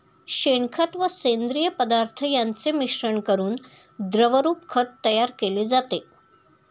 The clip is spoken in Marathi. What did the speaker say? शेणखत व सेंद्रिय पदार्थ यांचे मिश्रण करून द्रवरूप खत तयार केले जाते